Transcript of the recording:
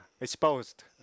exposed